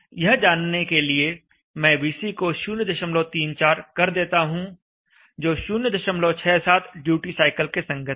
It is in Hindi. यह जानने के लिए मैं VC को 034 कर देता हूं जो 067 ड्यूटी साइकिल के संगत है